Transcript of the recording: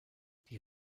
die